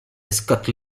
scott